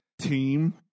team